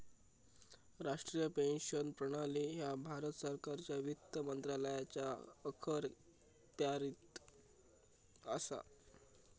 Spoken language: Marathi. राष्ट्रीय पेन्शन प्रणाली ह्या भारत सरकारच्या वित्त मंत्रालयाच्या अखत्यारीत असा